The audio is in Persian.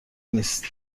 نیست